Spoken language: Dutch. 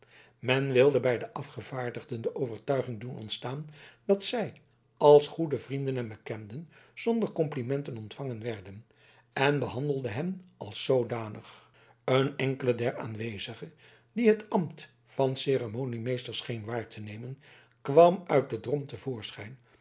men wilde bij de afgevaardigden de overtuiging doen ontstaan dat zij als goede vrienden en bekenden zonder complimenten ontvangen werden en behandelde hen als zoodanig een enkele der aanwezigen die het ambt van ceremoniemeester scheen waar te nemen kwam uit den drom